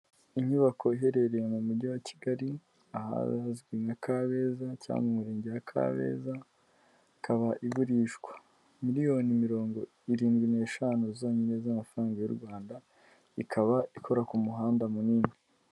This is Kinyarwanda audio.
Inyubako iherereye mu mujyi wa Kigali ahazwi nka Kabeza cyangwa mu Murenge wa Kabeza, ikaba igurishwa miliyoni mirongo irindwi n'eshanu zanyine z'amafaranga y'u Rwanda ikaba ikora ku muhanda munini.